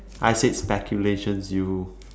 I said speculations you